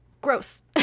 gross